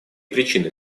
причины